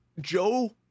Joe